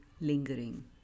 lingering